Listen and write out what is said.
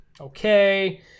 okay